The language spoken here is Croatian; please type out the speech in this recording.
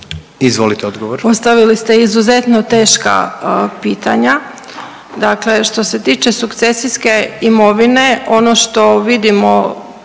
**Bošnjak, Sanja** Postavili ste izuzetno teška pitanja. Dakle, što se tiče sukcesijske imovine ono što vidimo